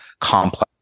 complex